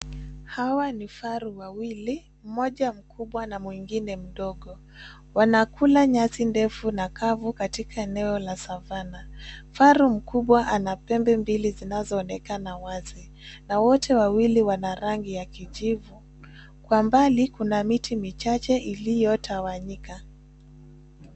Hawa vifaru wawili, mmoja mkubwa na mwingine mdogo. Wanakula nyasi ndefu na kavu katika eneo la savana. Kifaru mkubwa ana pembe mbili zinazoonekana wazi. Na wote wawili wana rangi ya kijivu. Kwa mbali kuna miti michache iliyotawanyika.